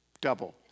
double